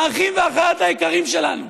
האחים והאחיות היקרים שלנו,